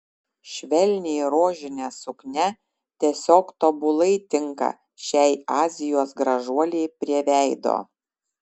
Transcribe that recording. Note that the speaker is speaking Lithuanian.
švelniai rožinė suknia tiesiog tobulai tinka šiai azijos gražuolei prie veido